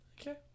Okay